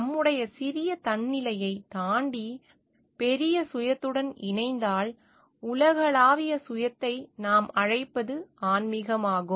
நம்முடைய சிறிய தன்னிலையை தாண்டி பெரிய சுயத்துடன் இணைந்தால் உலகளாவிய சுயத்தை நாம் அழைப்பது ஆன்மீகம் ஆகும்